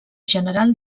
general